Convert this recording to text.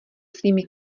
svými